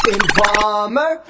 Informer